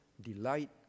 delight